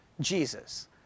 Jesus